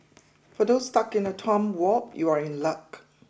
for those stuck in a time warp you are in luck